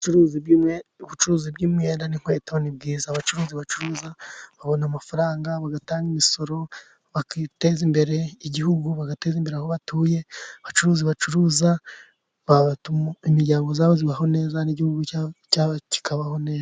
Ubucuruzi bw'imyenda n'inkweto ni bwiza. Abacuruzi bacuruza babona amafaranga bagatanga imisoro, bakiteza imbere, igihugu, bagateza imbere aho batuye, abacuruzi bacuruza imiryango ya ba ibaho neza, n'igihugu kikabaho neza.